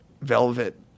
Velvet